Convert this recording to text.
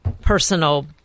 personal